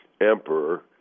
emperor